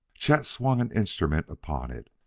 chet swung an instrument upon it.